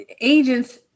agents